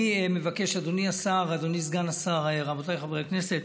אדוני השר, אדוני סגן השר, רבותיי חברי הכנסת,